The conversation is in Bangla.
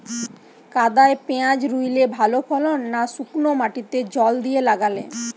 কাদায় পেঁয়াজ রুইলে ভালো ফলন না শুক্নো মাটিতে জল দিয়ে লাগালে?